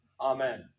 Amen